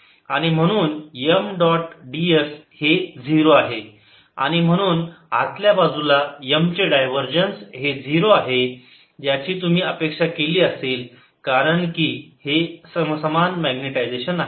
आणि म्हणून M dot ds हे 0 आहे आणि म्हणून आतल्या बाजूला M चे डायव्हरजन्स हे 0 आहे ज्याची तुम्ही अपेक्षा केली असेल कारण की हे समसमान मॅग्नेटायजेशन आहे